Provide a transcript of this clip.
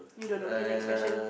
you don't know okay next question